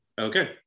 Okay